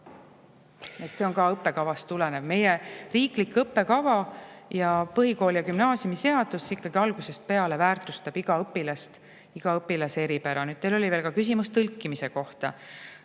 see on ka õppekavast tulenev. Meie riiklik õppekava ja põhikooli- ja gümnaasiumiseadus ikkagi algusest peale väärtustab iga õpilast, iga õpilase eripära. Teil oli veel ka küsimus tõlkimise kohta.